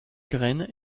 graines